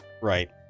Right